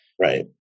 right